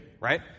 right